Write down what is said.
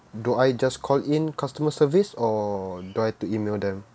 do I just call in customer service or do I have to email them